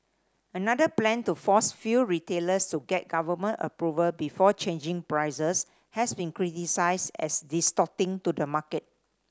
another plan to force fuel retailers to get government approval before changing prices has been criticised as distorting to the market